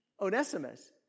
Onesimus